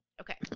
Okay